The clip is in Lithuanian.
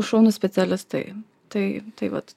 šaunūs specialistai tai tai vat